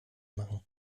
machen